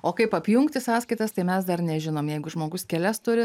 o kaip apjungti sąskaitas tai mes dar nežinom jeigu žmogus kelias turi